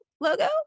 logo